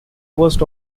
worst